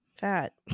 fat